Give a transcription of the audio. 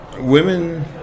women